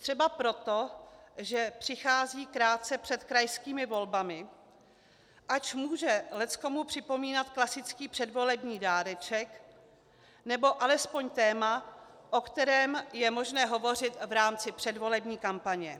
Třeba proto, že přichází krátce před krajskými volbami, ač může leckomu připomínat klasický předvolební dáreček nebo alespoň téma, o kterém je možné hovořit v rámci předvolební kampaně.